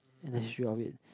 in the history of it